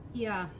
yeah.